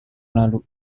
lalu